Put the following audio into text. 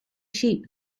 sheep